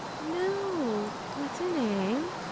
no. what's her name?